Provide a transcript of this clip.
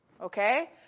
okay